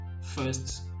first